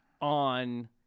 on